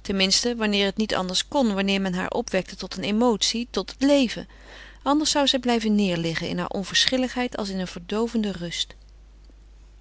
ten minste wanneer het niet anders kon wanneer men haar opwekte tot een emotie tot leven anders zou zij blijven neêrliggen in haar onverschilligheid als in een verdoovende rust